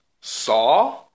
Saw